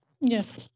Yes